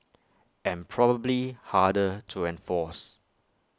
and probably harder to enforce